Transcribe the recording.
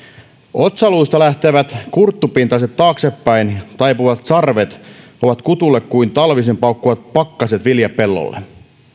otsaluista lähtevät kurttupintaiset taaksepäin taipuvat sarvet ovat kutulle kuin talvisin paukkuvat pakkaset viljapellolle